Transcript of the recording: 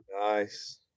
Nice